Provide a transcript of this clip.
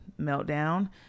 meltdown